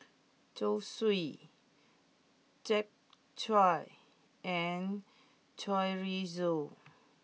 Zosui Japchae and Chorizo